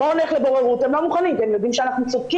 'בואו נלך לבוררות' הם לא מוכנים כי הם יודעים שאנחנו צודקים.